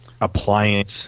appliance